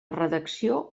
redacció